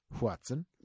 Watson